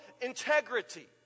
integrity